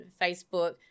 facebook